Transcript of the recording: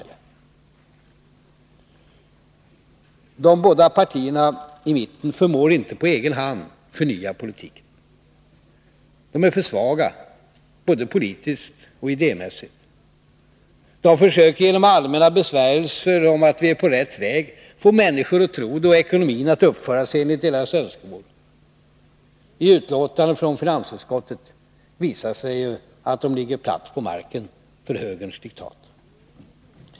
De båda partierna i mitten förmår inte på egen hand förnya politiken. De är för svaga både politiskt och idémässigt. De försöker genom allmänna besvärjelser om att vi är på rätt väg få människor att tro det och ekonomin att uppföra sig enligt deras önskemål. I betänkandet från finansutskottet visar det sig att de ligger platt på marken för högerns diktat.